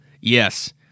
yes